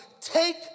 take